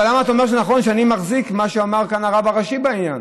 אבל למה אתה אומר שנכון שאני מחזיק במה שאמר כאן הרב הראשי בעניין?